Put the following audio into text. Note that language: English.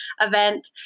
event